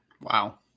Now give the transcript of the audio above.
Wow